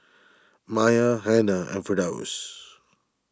Maya Hana and Firdaus